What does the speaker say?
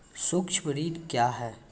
सुक्ष्म ऋण क्या हैं?